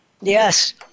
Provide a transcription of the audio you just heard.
Yes